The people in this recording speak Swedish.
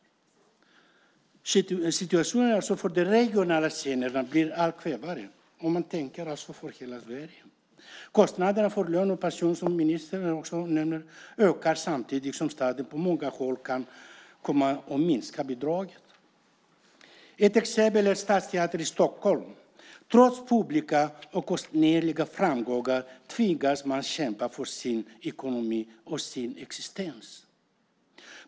Situationen för de regionala scenerna blir allt kärvare. Man tänker alltså på hela Sverige. Kostnaderna för löner och pensioner, som ministern också nämner, ökar samtidigt som staten på många håll kan komma att minska bidraget. Ett exempel är stadsteatern i Stockholm. Trots publika och konstnärliga framgångar tvingas man kämpa för sin ekonomi och sin existens.